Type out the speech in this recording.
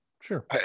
sure